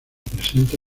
presenta